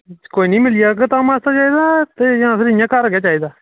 ते कोई निं में लेई आह्गा धामें आस्तै लोड़दा जां इंया घर चाहिदा